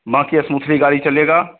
बाक़ी यह स्मूथली गाड़ी चलेगी